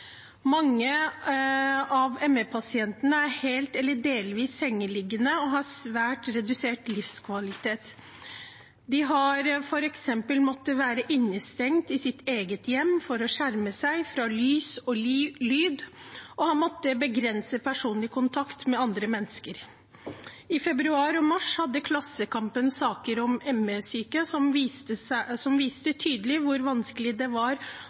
Mange av ME-pasientene er helt eller delvis sengeliggende og har svært redusert livskvalitet. De har f.eks. måttet være innestengt i sitt eget hjem for å skjerme seg fra lys og lyd og har måttet begrense personlig kontakt med andre mennesker. I februar og mars hadde Klassekampen saker om ME-syke som viste tydelig hvor vanskelig det